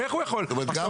איך הוא יכול -- דקה.